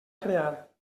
crear